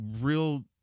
real